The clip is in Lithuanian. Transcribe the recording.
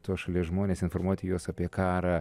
tos šalies žmones informuoti juos apie karą